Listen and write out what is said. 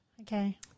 Okay